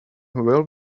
will